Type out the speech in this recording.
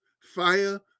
fire